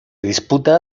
disputa